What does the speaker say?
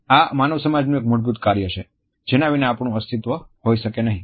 આ માનવ સમાજનું એક મૂળભૂત કાર્ય છે જેના વિના આપણું અસ્તિત્વ હોઈ શકે નહીં